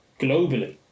globally